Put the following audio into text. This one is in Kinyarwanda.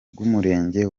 bw’umurenge